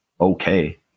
okay